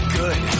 good